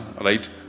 right